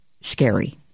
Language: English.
scary